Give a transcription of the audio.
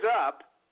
up